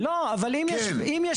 לא, אבל אם יש --- כן.